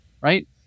right